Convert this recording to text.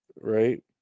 right